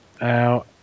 now